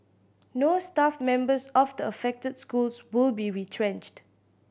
no staff members of the affected schools will be retrenched